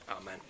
Amen